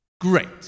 great